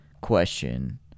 question